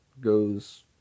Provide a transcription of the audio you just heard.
goes